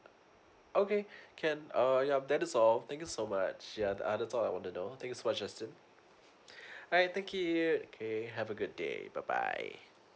okay can uh yup that is all thank you so much yeah that's all I want to know thank you so much justin alright thank you okay have a good day bye bye